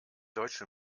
deutsche